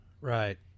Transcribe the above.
Right